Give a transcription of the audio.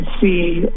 see